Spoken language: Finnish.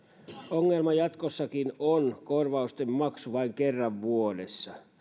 ongelma jatkossakin on korvausten maksu vain kerran vuodessa